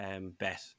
bet